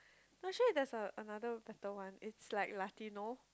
no actually there's a another better one it's like latino